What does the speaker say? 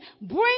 bring